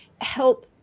help